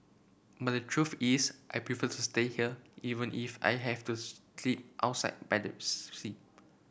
but the truth is I prefer to stay here even if I have to sleep outside by the